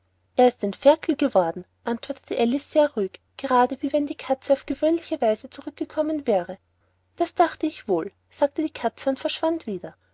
er ist ein ferkel geworden antwortete alice sehr ruhig gerade wie wenn die katze auf gewöhnliche weise zurückgekommen wäre das dachte ich wohl sagte die katze und verschwand wieder